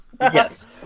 Yes